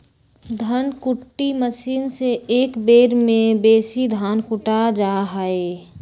धन कुट्टी मशीन से एक बेर में बेशी धान कुटा जा हइ